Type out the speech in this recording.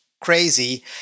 Crazy